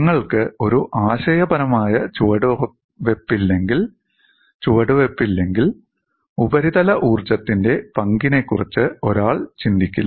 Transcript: നിങ്ങൾക്ക് ഒരു ആശയപരമായ ചുവടുവെപ്പില്ലെങ്കിൽ ഉപരിതല ഊർജ്ജത്തിന്റെ പങ്കിനെക്കുറിച്ച് ഒരാൾ ചിന്തിക്കില്ല